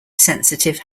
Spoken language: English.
sensitive